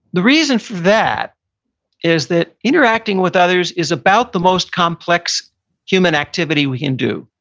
the reason for that is that interacting with others is about the most complex human activity we can do.